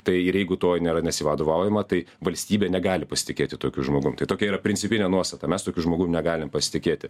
tai ir jeigu to nėra nesivadovaujama tai valstybė negali pasitikėti tokiu žmogum tai tokia yra principinė nuostata mes tokiu žmogum negalim pasitikėti